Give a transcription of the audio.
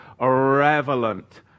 irrelevant